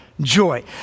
joy